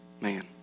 man